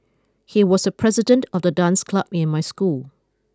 he was the president of the dance club in my school